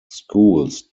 schools